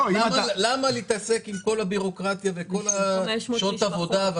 למה להתעסק עם כל הביורוקרטיה וכל שעות העבודה?